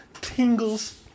tingles